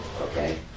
okay